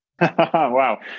Wow